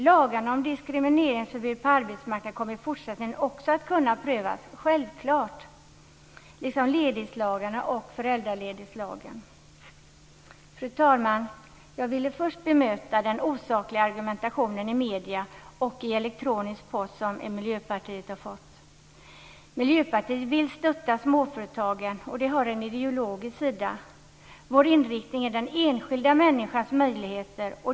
Lagarna om diskrimineringsförbud på arbetsmarknaden kommer självklart att kunna prövas också i fortsättningen, liksom ledighetslagarna och föräldraledighetslagen. Fru talman! Jag ville först bemöta den osakliga argumentationen i medierna och i elektronisk post som Miljöpartiet har fått. Miljöpartiet vill stötta småföretagen, och det har en ideologisk sida. Vår inriktning är den enskilda människans möjligheter.